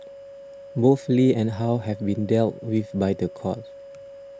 both Lee and how have been dealt with by the court